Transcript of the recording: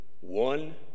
one